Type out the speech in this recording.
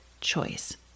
choice